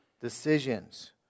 decisions